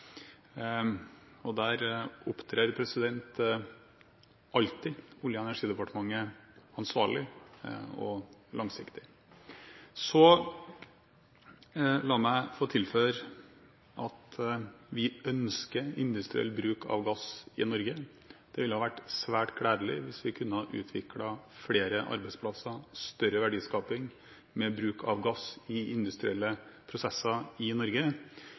vis. Der opptrer alltid Olje- og energidepartementet ansvarlig og langsiktig. La meg få tilføye at vi ønsker industriell bruk av gass i Norge. Det ville vært svært gledelig hvis vi kunne ha utviklet flere arbeidsplasser og større verdiskaping med bruk av gass i industrielle prosesser i Norge.